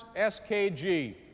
SKG